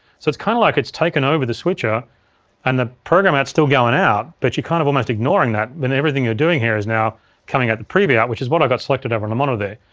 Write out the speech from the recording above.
so it's kinda like it's taken over the switcher and the program out's still going out but kind of almost ignoring that when everything you're doing here is now coming out the preview out, which is what i've got selected over on the monitor there.